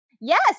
Yes